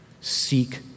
Seek